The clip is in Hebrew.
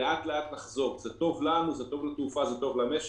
זה טוב לנו, זה טוב לתעופה, זה טוב למשק.